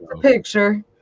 picture